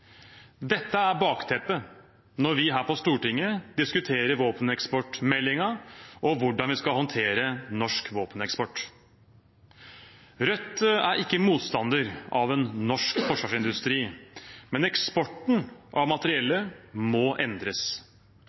Dette er bakteppet når vi her på Stortinget diskuterer våpeneksportmeldingen og hvordan vi skal håndtere norsk våpeneksport. Rødt er ikke motstander av en norsk forsvarsindustri, men eksporten av materiellet må endres.